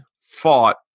fought